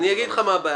אני אגיד לך מה הבעיה.